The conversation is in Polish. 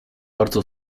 bardzo